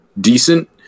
decent